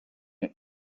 exists